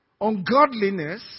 ungodliness